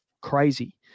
crazy